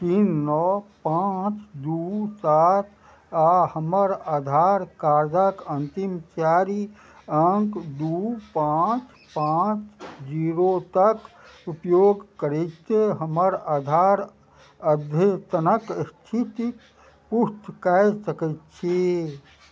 तीन नओ पाँच दू सात आ हमर आधार कार्डक अंतिम चारि अंक दू पाँच पाँच जीरो तक उपयोग करैत हमर आधार अद्यतनक स्थिति पुष्ट कऽ सकैत छी